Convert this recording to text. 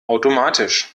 automatisch